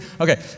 Okay